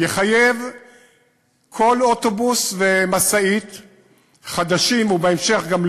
יחייב כל אוטובוס ומשאית חדשים, ובהמשך גם לא,